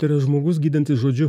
tai yra žmogus gydantis žodžiu